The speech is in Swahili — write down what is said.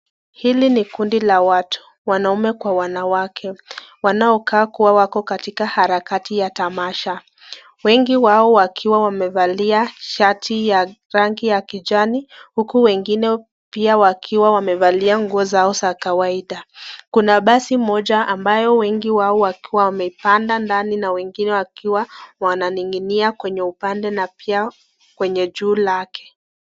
Hili ni kudi la watu wanaume kwa wanawake wanaokaa kuwa wako harakati ya tamasha. Wengi wao wakiwa wamevalia shati ya rangi la kijane huku wengine pia wakiwa wamevalia nguo zao za kawaida. Kuna basi moja ambayo wengi wao wakiwa wameipanda ndani na wengine pia wamening'inia kwenye upande na pia kwenye juu lake.